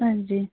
हाँ जी